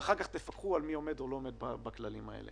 ואחר כך תפקחו על מי עומד או לא עומד בכללים האלה.